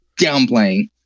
downplaying